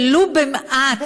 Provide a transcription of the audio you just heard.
ולו במעט,